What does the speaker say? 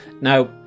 Now